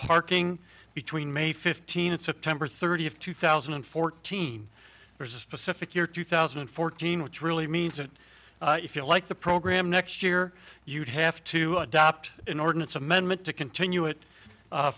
parking between may fifteenth september thirtieth two thousand and fourteen there's a specific year two thousand and fourteen which really means that if you like the program next year you'd have to adopt an ordinance amendment to continue it